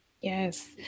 Yes